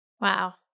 Wow